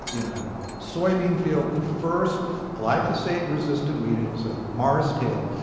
in a soybean field, the first glyphosate resistant weed it was a marestail,